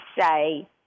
say